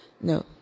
No